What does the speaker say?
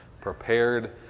prepared